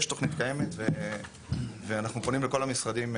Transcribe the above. יש תוכנית קיימת ואנחנו פונים לכל המשרדים,